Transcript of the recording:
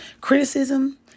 criticism